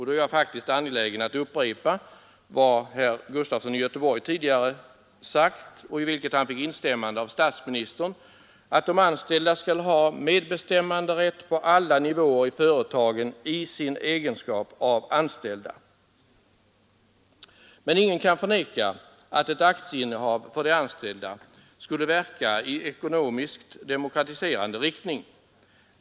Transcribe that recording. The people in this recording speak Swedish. Då är jag faktiskt angelägen att upprepa vad herr Gustafson i Göteborg tidigare sagt och i vilket han fick instämmande av statsministern, nämligen att de anställda skall ha medbestämmanderätt på alla nivåer i företagen i sin egenskap av anställda. Men ingen kan förneka att ett aktieinnehav för de anställda skulle verka i ekonomiskt demokratiserande riktning.